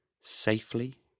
safely